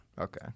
okay